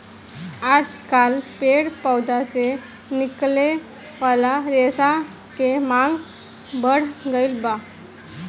आजकल पेड़ पौधा से निकले वाला रेशा के मांग बढ़ गईल बा